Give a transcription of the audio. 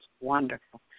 wonderful